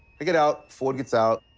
i get out. ford gets out.